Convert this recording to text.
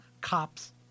cops